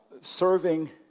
serving